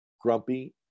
grumpy